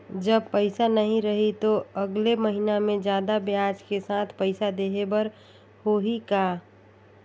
जब पइसा नहीं रही तो अगले महीना मे जादा ब्याज के साथ पइसा देहे बर होहि का?